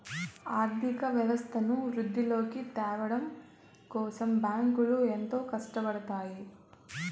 ఆర్థిక వ్యవస్థను వృద్ధిలోకి త్యావడం కోసం బ్యాంకులు ఎంతో కట్టపడుతాయి